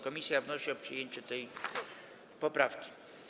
Komisja wnosi o przyjęcie tej poprawki.